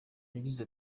yagize